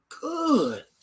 good